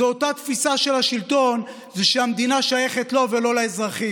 זו אותה תפיסה של השלטון שהמדינה שייכת לו ולא לאזרחים.